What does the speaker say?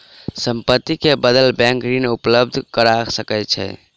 संपत्ति के बदले बैंक ऋण उपलब्ध करा सकै छै